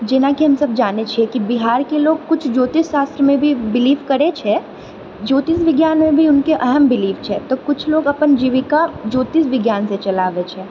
जेनाक हमसब जानैत छिऐ कि बिहारके लोग किछु ज्योतिष शास्त्रमे भी बिलिभ करैत छै ज्योतिष विज्ञानमे भी उनके अहम बिलीभ छै तऽ किछु लोग अपन जीविका ज्योतिष विज्ञानसँ चलाबैत छै